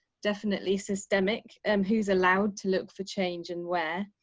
definitely systemic? um who's allowed to look for change and where,